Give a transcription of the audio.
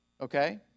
Okay